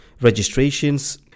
registrations